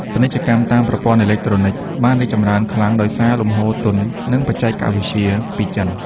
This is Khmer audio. ពាណិជ្ជកម្មតាមប្រព័ន្ធអេឡិចត្រូនិក បានរីកចម្រើនខ្លាំងដោយសារលំហូរទុន និងបច្ចេកវិទ្យាពីចិន។